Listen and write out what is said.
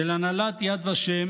של הנהלת יד ושם